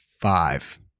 five